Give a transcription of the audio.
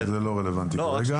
זה לא רלוונטי כרגע.